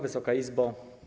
Wysoka Izbo!